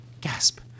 Gasp